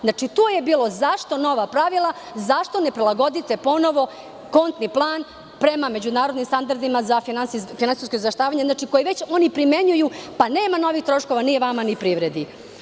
Znači, to je bilo, zašto nova pravila ne prilagodite kontni plan prema međunarodnim standardima za finansijsko izveštavanje, što oni već primenjuju, pa nema novih troškova, ni vama ni privredi.